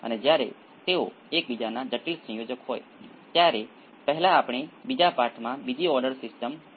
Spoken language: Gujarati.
તેથી જ્યારે તમે સમસ્યાઓ વગેરેનો ઉકેલ કરવાનો પ્રયાસ કરી રહ્યાં હોવ ત્યારે પણ કૃપા કરીને તે કરો